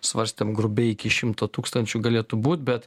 svarstėm grubiai iki šimto tūkstančių galėtų būt bet